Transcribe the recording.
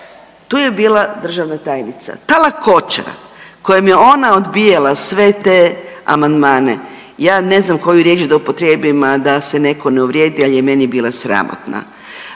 Tu je bila državna tajnica, ta lakoća kojom je ona odbijala sve te amandmane, ja ne znam koju riječ da upotrijebim, a da se neko ne uvrijedi ali je meni bila sramotna.